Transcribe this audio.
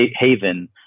haven